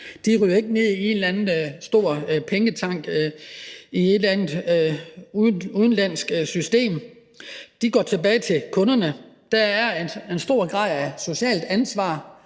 de ryger ikke ned i en eller anden stor pengetank i et eller andet udenlandsk system, de går tilbage til kunderne. Der er en stor grad af socialt ansvar,